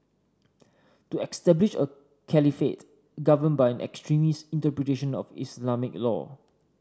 to establish a caliphate governed by an extremist interpretation of Islamic law